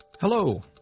Hello